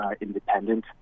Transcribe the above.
independent